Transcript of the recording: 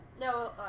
No